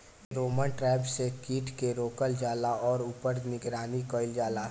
Pheromone trap से कीट के रोकल जाला और ऊपर निगरानी कइल जाला?